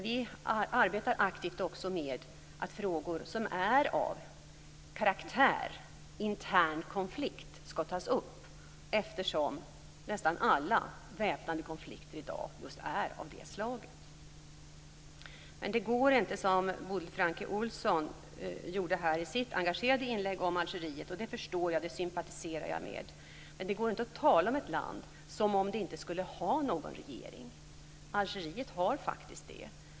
Vi arbetar dock aktivt med att frågor som har karaktär av intern konflikt skall tas upp, eftersom nästan alla väpnade konflikter i dag är av just det slaget. Men det går inte att göra som Bodil Francke Ohlsson gjorde här i sitt engagerade inlägg om Algeriet. Jag förstår engagemanget och sympatiserar med det. Men det går inte att tala om ett land som om det inte skulle ha någon regering. Algeriet har faktiskt det.